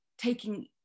taking